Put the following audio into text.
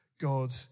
God